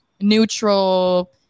neutral